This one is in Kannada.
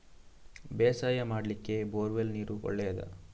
ಬೇಸಾಯ ಮಾಡ್ಲಿಕ್ಕೆ ಬೋರ್ ವೆಲ್ ನೀರು ಒಳ್ಳೆಯದಾ?